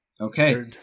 okay